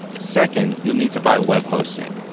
second, you'll need to buy web hosting,